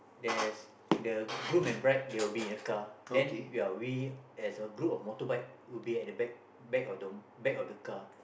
there's the groom and bride they will be in the car they we are wheelie as a group of motorbike would be at the back back of back of the car